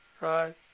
Right